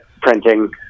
printing